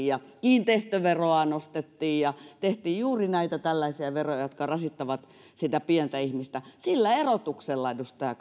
ja kiinteistöveroa nostettiin ja tehtiin juuri näitä tällaisia veroja jotka rasittavat sitä pientä ihmistä sillä erotuksella edustaja